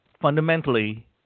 fundamentally